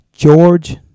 George